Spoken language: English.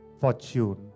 fortune